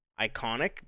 iconic